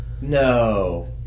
no